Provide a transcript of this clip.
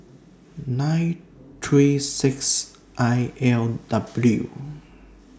nine three six I L W